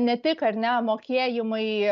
ne tik ar ne mokėjimai